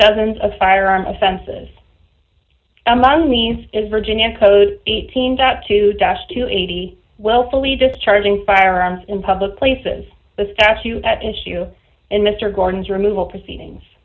dozens of firearms offenses among these is virginia code eighteen that to dash to eighty willfully discharging firearms in public places the statute at issue in mr gordon's removal proceedings